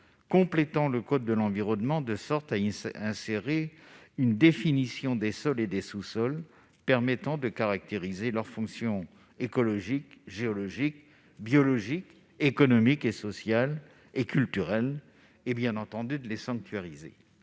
compléter le code de l'environnement par un article additionnel portant définition des sols et des sous-sols afin de caractériser leurs fonctions écologiques, géologiques, biologiques, économiques, sociales et culturelles et, bien entendu, de les sanctuariser.